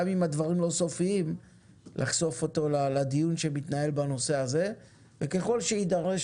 אם הדברים לא סופיים לחשוף אותו לדיון שמתנהל בנושא הזה וככל שידרש